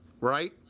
right